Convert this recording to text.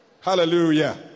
hallelujah